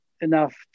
enough